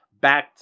back